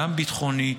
גם ביטחוני,